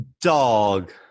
Dog